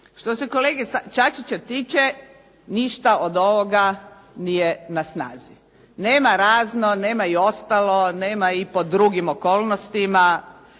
Što se kolege Čačića tiče ništa od ovoga nije na snazi. Nema razno, nema i ostalo, nema i pod drugim okolnostima